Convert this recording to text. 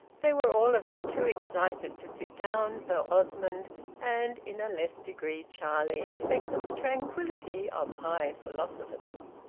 they were all of them too excited to sit down, though osmond and in a less degree charlie affected the tranquillity of high philosophers.